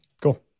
Cool